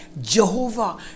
Jehovah